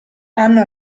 hanno